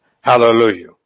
Hallelujah